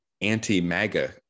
anti-MAGA